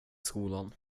skolan